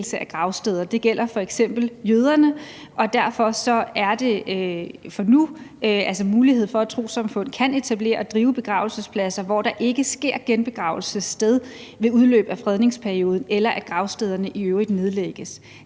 Det gælder f.eks. jøderne, og derfor er der altså, for nu, mulighed for, at trossamfund kan etablere og bruge begravelsespladser, hvor der ikke finder genbegravelse sted ved udløb af fredningsperioden, eller at gravstederne i øvrigt